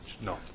no